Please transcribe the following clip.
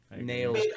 nails